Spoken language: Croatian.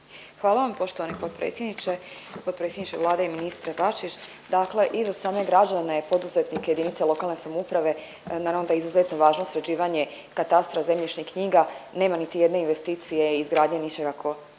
Hvala poštovani potpredsjedniče. Potpredsjedniče Vlade i ministre Bačić. Dakle, i za same građane, poduzetnike, jedinice lokalne samouprave naravno da je izuzetno važno sređivanje katastra zemljišnih knjiga. Nema niti jedne investicije izgradnje ničeg ako